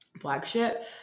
flagship